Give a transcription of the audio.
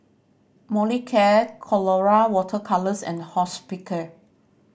Molicare Colora Water Colours and Hospicare